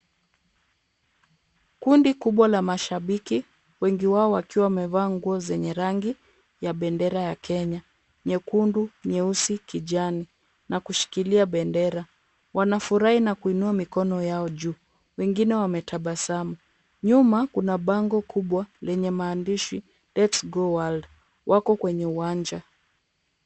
Kundi kubwa la mashabiki, wengi wao wakiwa wamevaa nguo zenye rangi ya bendera ya Kenya. Nyekundu, nyeusi, kijani na kushikilia bendera. Wanafurahi na kuinua mikonoyao juu. Wengine wametabasamu. Nyuma kuna bango kubwa lenye maandishi, let's go world . Wako kwenye uwanja.